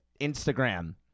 Instagram